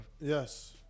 Yes